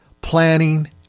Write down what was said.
planning